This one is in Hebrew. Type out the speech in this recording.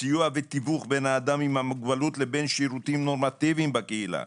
סיוע ותיווך בין האדם עם המוגבלות לבין שירותים נורמטיביים בקהילה.